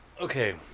Okay